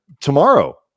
tomorrow